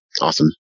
Awesome